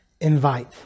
invite